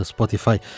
Spotify